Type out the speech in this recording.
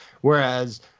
whereas